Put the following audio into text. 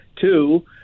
Two